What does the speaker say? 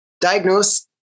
diagnose